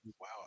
wow